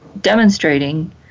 demonstrating